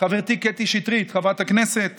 חברתי חברת הכנסת